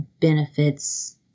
benefits